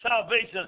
salvation